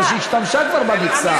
בגלל שהיא השתמשה כבר במכסה.